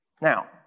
Now